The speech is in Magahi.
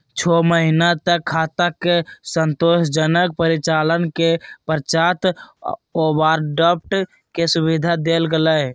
छो महीना तक खाता के संतोषजनक परिचालन के पश्चात ओवरड्राफ्ट के सुविधा देल गेलय हइ